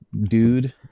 dude